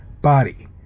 body